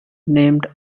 named